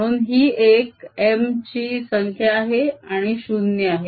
म्हणून ही एक M ची संख्या आहे आणि 0 आहे